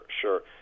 sure